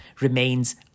remains